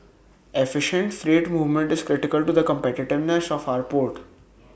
efficient freight movement is critical to the competitiveness of our port